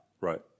right